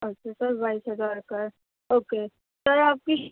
اچھا سر بائیس ہزار کا اوکے سر آپ کی